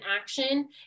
action